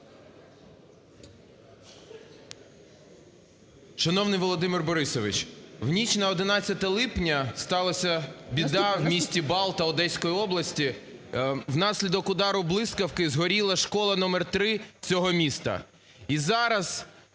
Шановний Володимир Борисович, в ніч на 11 липня сталася біда в місті Балта Одеської області: внаслідок удару блискавки згоріла школа №3 цього міста.